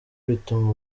bituma